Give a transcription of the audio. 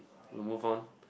we'll move on